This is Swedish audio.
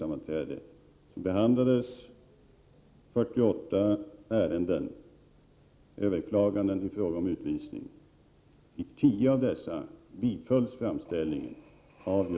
Om man hävdar att man har principer bör det också finnas en viss konsekvens i tillämpningen av dem.